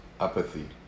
apathy